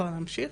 (שקף: מה נעשה במחקר?).